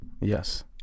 yes